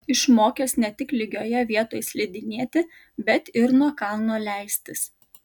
išmokęs ne tik lygioje vietoj slidinėti bet ir nuo kalno leistis